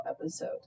episode